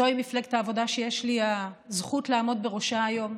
זוהי מפלגת העבודה שיש לי הזכות לעמוד בראשה היום,